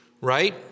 right